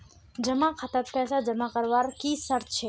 जमा खातात पैसा जमा करवार की शर्त छे?